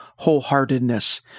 wholeheartedness